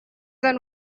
and